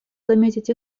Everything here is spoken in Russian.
заметить